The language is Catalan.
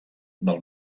del